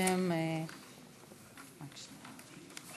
בשם הממשלה.